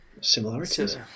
similarities